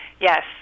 Yes